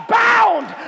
bound